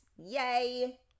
Yay